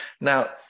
Now